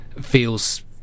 feels